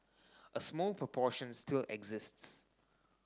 a small proportion still exists